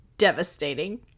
devastating